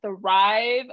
thrive